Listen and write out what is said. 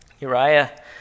Uriah